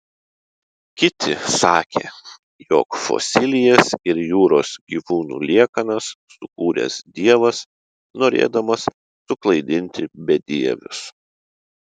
kiti sakė jog fosilijas ir jūros gyvūnų liekanas sukūręs dievas norėdamas suklaidinti bedievius